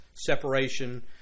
separation